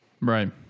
Right